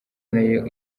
nayo